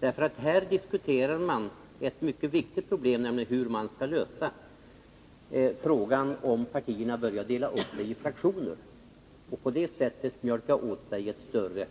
I utredningen diskuteras en mycket viktig fråga, nämligen hur man skall lösa de problem som uppstår ifall partierna börjar dela upp sig i fraktioner för att på det sättet mjölka åt sig ett större